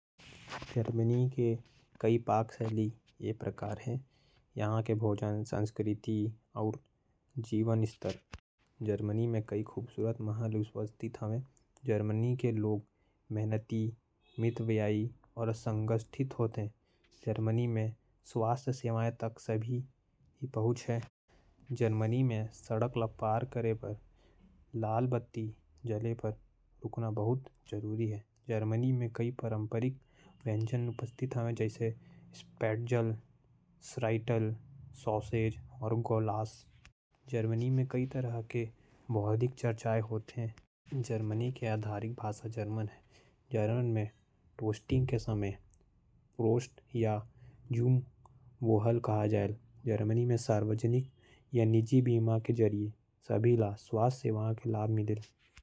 जर्मनी के पाक शैली ये प्रकार है। जर्मनी के लोग बहुत बढ़िया है। यहां बड़ा बड़ा महल भी है जर्मनी के लोग मेहनती है। जर्मनी में सड़क ल पार करे बर लाल बत्ती में रुकना बहुत जरूरी है। जर्मनी के प्रमुख व्यंजन सॉबरब्रेटेन, सॉसेज यदि। जर्मनी के सार्वजनिक भाषा जर्मन है। यह स्वास्थ बीमा के सब ल लाभ मिलेल।